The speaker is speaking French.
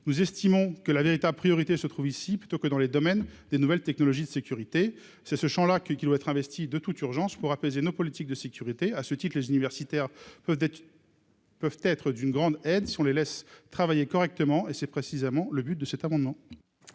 nous estimons que la véritable priorité se trouve ici plutôt que dans les domaines des nouvelles technologies de sécurité c'est ce Champ-là qui, qui doit être investi de toute urgence pour apaiser nos politiques de sécurité à ce titre, les universitaires peut-être. Peuvent être d'une grande aide si on les laisse travailler correctement et c'est précisément le but de cet amendement.